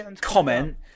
comment